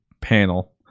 panel